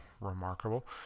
remarkable